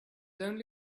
only